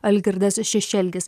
algirdas šešelgis